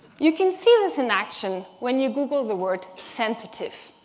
you can see this in action when you google the word sensitive.